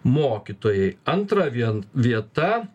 mokytojai antra vien vieta